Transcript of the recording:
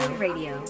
Radio